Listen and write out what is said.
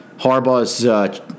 Harbaugh's